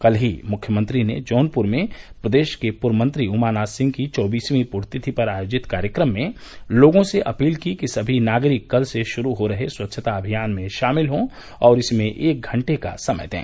कल ही मुख्यमंत्री ने जौनपुर में प्रदेश के पूर्व मंत्री उमानाथ सिंह की चौबीसवीं पुण्य तिथि पर आयोजित कार्यक्रम में लोगों से अपील की कि सभी नागरिक कल से शुरू हो रहे स्वच्छता अभियान में शामिल हों और इसमें एक घंटे का समय दें